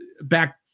back